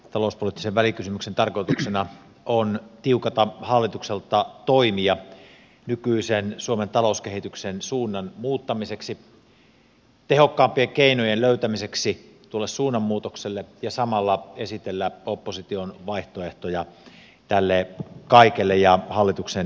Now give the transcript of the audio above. tämän talouspoliittisen välikysymyksen tarkoituksena on tiukata hallitukselta toimia nykyisen suomen talouskehityksen suunnan muuttamiseksi ja tehokkaampien keinojen löytämiseksi tuolle suunnanmuutokselle ja samalla esitellä opposition vaihtoehtoja tälle kaikelle ja hallituksen tekemisille